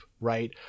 right